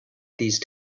these